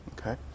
Okay